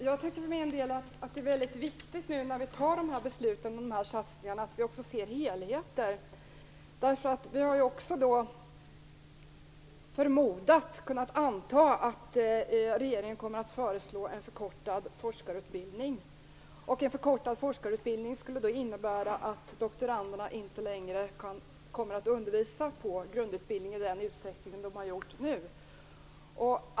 Fru talman! Jag tycker att det är viktigt när vi nu fattar beslut om dessa satsningar att vi också ser helheter, därför att vi har kunnat anta att regeringen kommer att föreslå en förkortad forskarutbildning. En förkortad forskarutbildning skulle innebära att doktoranderna inte längre kommer att undervisa på grundutbildning i den utsträckning som de har gjort hittills.